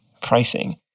pricing